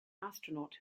astronaut